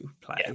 play